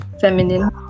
feminine